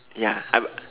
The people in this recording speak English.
ya I bought